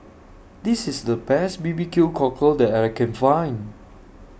This IS The Best B B Q Cockle that I Can Find